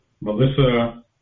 Melissa